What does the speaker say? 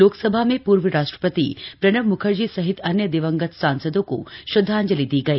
लोकसभा में पूर्व राष्ट्रपति प्रणब म्खर्जी सहित अन्य दिवंगत सांसदों को श्रद्वांजलि दी गई